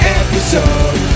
episode